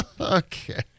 okay